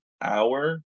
hour